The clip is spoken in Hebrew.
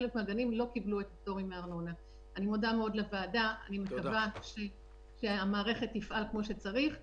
אני מודה מאוד לוועדה ומקווה שהמערכת תפעל כמו שצריך.